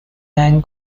san